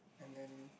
and then